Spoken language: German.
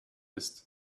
ist